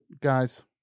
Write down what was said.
guys